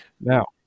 Now